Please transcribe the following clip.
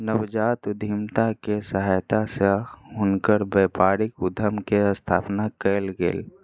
नवजात उद्यमिता के सहायता सॅ हुनकर व्यापारिक उद्यम के स्थापना कयल गेल